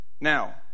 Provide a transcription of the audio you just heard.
Now